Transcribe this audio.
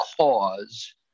cause